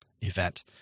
event